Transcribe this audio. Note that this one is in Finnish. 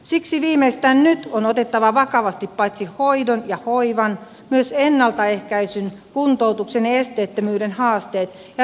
siksi viimeistään nyt on otettava vakavasti paitsi hoidon ja hoivan myös ennaltaehkäisyn kuntoutuksen ja esteettömyyden haasteet ja ryhdyttävä toimeen